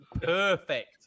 perfect